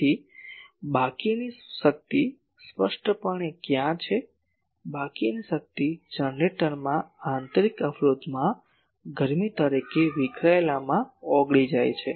તેથી બાકીની શક્તિ સ્પષ્ટપણે ક્યાં છે બાકીની શક્તિ જનરેટરના આંતરિક અવરોધમાં ગરમી તરીકે વિખરાયેલામાં ઓગળી જાય છે